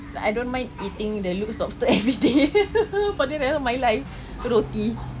like I don't mind eating the Luke's Lobster everyday for my rest of my life the roti